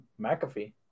McAfee